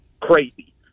crazy